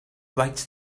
writes